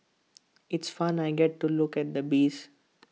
it's fun I get to look at the bees